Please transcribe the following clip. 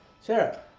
Sarah